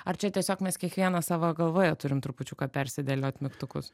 ar čia tiesiog mes kiekvienas savo galvoje turim trupučiuką persidėliot mygtukus